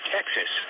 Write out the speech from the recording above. Texas